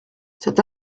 cet